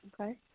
Okay